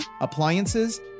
appliances